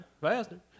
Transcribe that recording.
faster